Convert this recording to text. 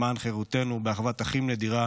למען חירותנו באחוות אחים נדירה